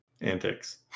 antics